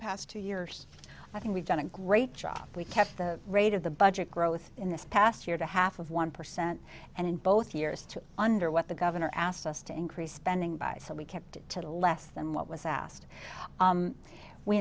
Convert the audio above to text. past two years i think we've done a great job we kept the rate of the budget growth in the past year to half of one percent and in both years to under what the governor asked us to increase spending by some we kept it to left them what was asked